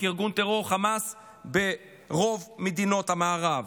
כארגון הטרור חמאס ברוב מדינות המערב.